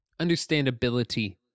Understandability